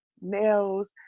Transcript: nails